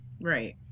Right